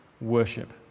worship